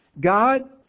God